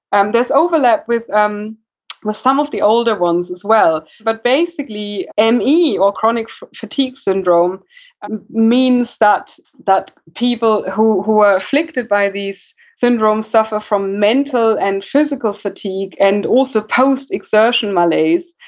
and there's overlap with um with some of the older ones as well but basically, and me, or chronic fatigue syndrome means that that people who who are afflicted by these syndromes suffer from mental and physical fatigue and also, post excursion malaise,